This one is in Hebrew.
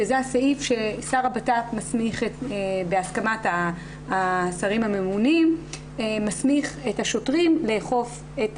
שזה הסעיף ששר הבט"פ מסמיך בהסכמת השרים הממונים את השוטרים לאכוף את